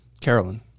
Carolyn